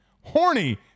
Horny